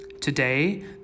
Today